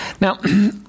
Now